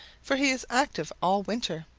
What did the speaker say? for he is active all winter.